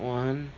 one